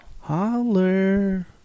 Holler